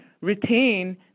retain